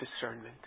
discernment